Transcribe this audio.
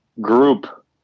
group